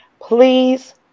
Please